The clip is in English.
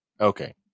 Okay